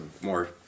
more